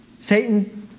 Satan